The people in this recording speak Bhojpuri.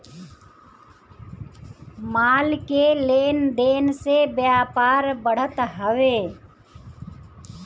माल के लेन देन से व्यापार बढ़त हवे